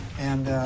and,